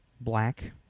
black